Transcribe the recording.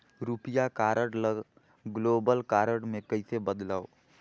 रुपिया कारड ल global card मे कइसे बदलव?